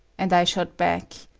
and i shot back,